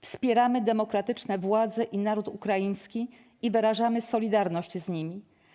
Wspieramy demokratyczne władze i naród ukraiński i wyrażamy solidarność z nimi.